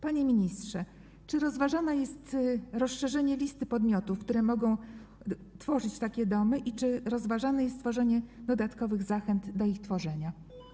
Panie ministrze, czy jest rozważane rozszerzenie listy podmiotów, które mogą tworzyć takie domy, i czy rozważana jest możliwość stworzenia dodatkowych zachęt do ich tworzenia?